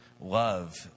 love